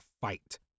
fight